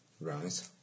Right